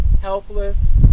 helpless